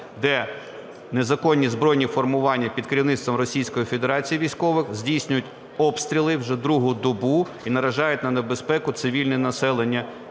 де незаконні збройні формування під керівництвом Російської Федерації військових здійснюють обстріли вже другу добу і наражають на небезпеку цивільне населення,